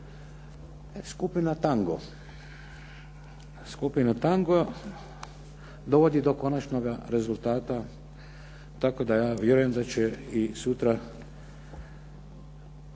međuigri, skupina tango dovodi do konačnoga rezultata tako da ja vjerujem da će i sutra